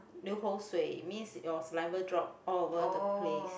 流口水 means your saliva drop all over the place